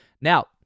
Now